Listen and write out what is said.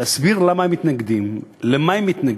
להסביר למה הם מתנגדים, לְמה הם מתנגדים,